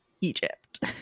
Egypt